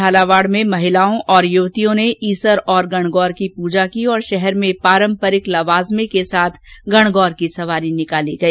झालावाड़ में महिलाओं और यूवतियों ने ईसर और गणगौर की पूजा की शहर में पारंपरिक लवाजमे के साथ गणगौर की सवारी निकाली गई